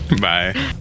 Bye